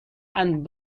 and